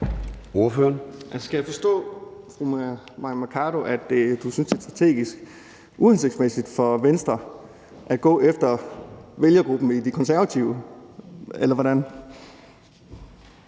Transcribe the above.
Mai Mercado, at hun synes, at det er strategisk uhensigtsmæssigt for Venstre at gå efter vælgergruppen hos De Konservative – eller hvordan?